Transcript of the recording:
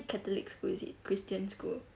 catholic school is it christian school